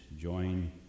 join